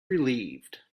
relieved